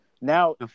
now